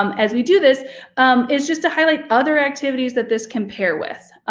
um as we do this it's just to highlight other activities that this can pair with.